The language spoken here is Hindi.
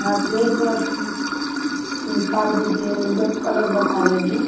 हाथ नहीं पहुंच निकाल दीजिए मतलब कलर बता रहें हैं